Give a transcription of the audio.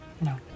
no